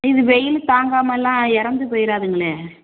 இது வெயில் தாங்காமல்லாம் இறந்து போயிடாதுங்களே